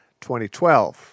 2012